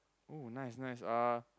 oh nice nice uh